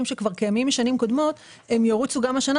שכבר קיימים משנים קודמות ירוצו גם השנה.